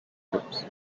trips